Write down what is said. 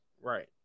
Right